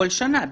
כל שנה,